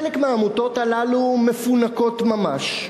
חלק מהעמותות האלה מפונקות ממש,